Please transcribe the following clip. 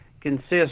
consists